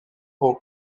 aux